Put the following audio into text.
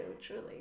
truly